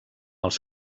els